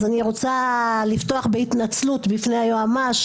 אני רוצה לפתוח בהתנצלות בפני היועמ"ש,